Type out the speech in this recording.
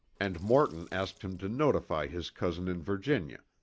and morton asked him to notify his cousin in virginia,